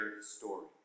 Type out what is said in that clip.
story